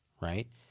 right